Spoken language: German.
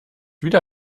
wieder